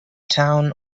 town